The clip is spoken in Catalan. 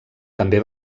també